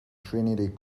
trinity